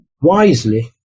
wisely